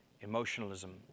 emotionalism